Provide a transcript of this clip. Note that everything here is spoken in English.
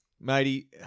Matey